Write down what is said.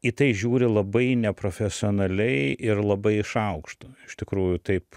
į tai žiūri labai neprofesionaliai ir labai iš aukšto iš tikrųjų taip